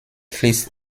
fließt